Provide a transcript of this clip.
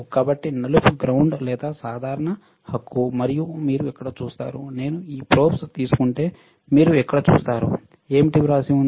కాబట్టి నలుపు గ్రౌండ్ లేదా సాధారణ హక్కు మరియు మీరు ఇక్కడ చూస్తారు నేను ఈ ప్రోబ్స్ తీసుకుంటే మీరు ఇక్కడ చూస్తారు ఏమిటి వ్రాసి ఉంది